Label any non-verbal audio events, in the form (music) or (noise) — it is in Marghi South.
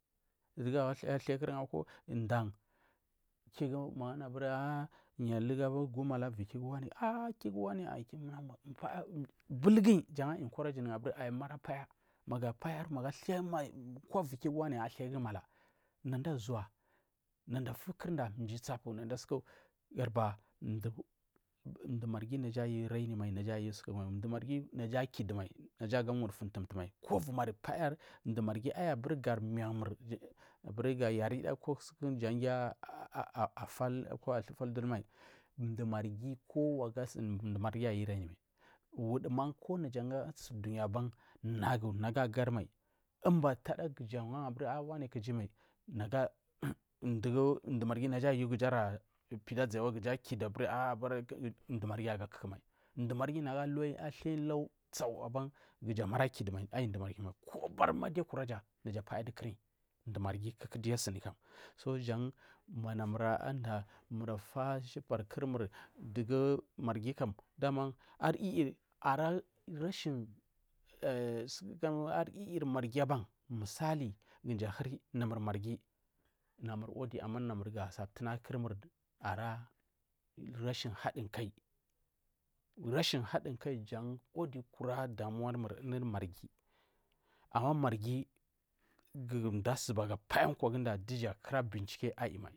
Dugu athakur akwa dan kigumangu anu abuya yu aluga gumala ivaguwari ah kiguwani ah paya bulguyi, jangu ahyu couragengu abur paya magu payar kimai kwawukiguwani athaigu mala, nada uza nadafukurda nada mji tsapu nada suku gadubar mdur marghi naja ayu raina mai ndur marghi naga anyi akidu mai naja aga wudufu mtutu kumai maburi gapaya ayi ga yarmu mai aburiga yarida jan gasuku afal kuga thukulmai, ndur marghi kowa ga suni ndur marghi ayu raini mai wuduman ko najan ga suri dunya ban nagu nagarimai tada kuja gan aburi wani ahah mai, dugu ndur marghi kuja alapida aziyawa aburi kida aburi hah marghi anyi aga kukumai ndur marghi nagu wai chau aburi ja amai ara kidumai, kobarni madiya kuraga apaya dukurin ndurmai kuku duyu asuni kam, sojan manamur anda murfa shubar kumur dugu marghi kam anyiyiri ararshin (hesitation) anyiri marghi ban misali kumji ahuri marghi kumdu ahuri namur wodi, ama namur gasa tunakur kurmur ara rashin hadinkai rashin hadinkai jan wodi kura damuwamu anuri marighi ana marghi ku mdu azuba ga paya kwaguda kura binchiki aimai.